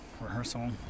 rehearsal